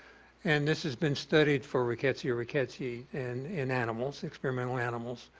and this has been studied for rickettsia ricketsii in in animals, experimental animals.